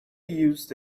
used